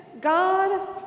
God